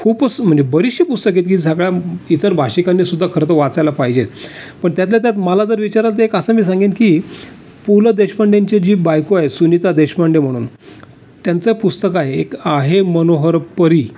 खूपच म्हणजे बरीचशी पुस्तकं आहेत की सगळ्या इतर भाषिकांनी सुद्धा खरं तर वाचायला पाहिजेत पण त्यातल्या त्यात मला जर विचाराल तर एक असं मी सांगेन की पु ल देशपांडेंची जी बायको आहे सुनिता देशपांडे म्हणून त्यांचं पुस्तक आहे एक आहे मनोहर परी